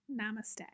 Namaste